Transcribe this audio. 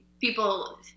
people